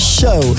show